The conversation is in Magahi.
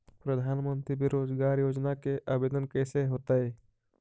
प्रधानमंत्री बेरोजगार योजना के आवेदन कैसे होतै?